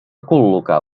col·locar